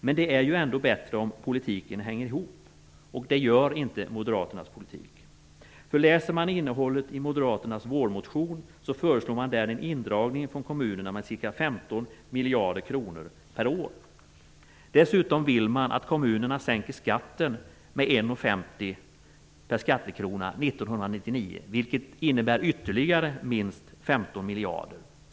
Men det är ju ändå bättre om politiken hänger ihop, och det gör inte moderaternas politik. Läser man innehållet i moderaternas vårmotion finner man att de där föreslår en indragning från kommunerna med ca 15 miljarder kronor per år. Dessutom vill man att kommunerna sänker skatten med 1,50 kr per skattekrona 1999, vilket innebär ytterligare minst 15 miljarder.